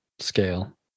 scale